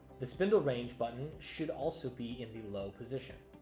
the spindle range button should also be in the low position.